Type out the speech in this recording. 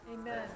Amen